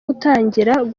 gutangira